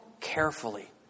carefully